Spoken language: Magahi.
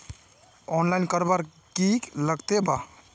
आनलाईन करवार की लगते वा?